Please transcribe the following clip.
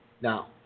Now